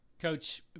Coach